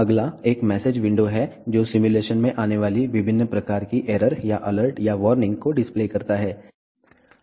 अगला एक message window है जो सिमुलेशन में आने वाली विभिन्न प्रकार की एरर या अलर्ट या वार्निंग को डिस्प्ले करता है